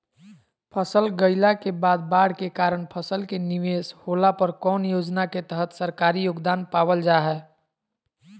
फसल लगाईला के बाद बाढ़ के कारण फसल के निवेस होला पर कौन योजना के तहत सरकारी योगदान पाबल जा हय?